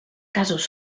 casos